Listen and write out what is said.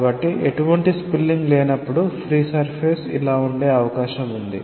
కాబట్టి ఎటువంటి స్పిల్లింగ్ లేనప్పుడు ఫ్రీ సర్ఫేస్ ఇలా ఉండే అవకాశం కూడా ఉంది